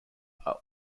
are